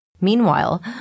Meanwhile